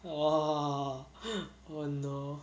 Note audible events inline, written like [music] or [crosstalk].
orh [breath] oh no